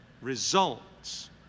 results